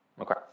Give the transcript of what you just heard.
Okay